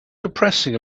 depressing